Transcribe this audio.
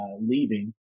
leaving